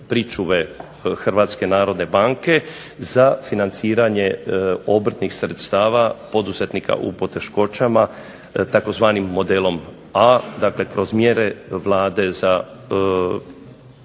pričuve Hrvatske narodne banke za financiranje obrtnih sredstava poduzetnika u poteškoćama, tzv. modelom A, dakle kroz mjere Vlade za